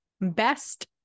Best